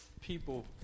people